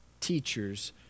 teachers